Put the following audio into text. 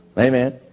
Amen